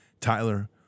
tyler